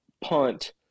punt